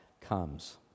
comes